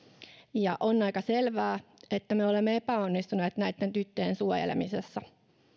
on aika selvää että me olemme epäonnistuneet näitten tyttöjen suojelemisessa